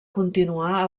continuar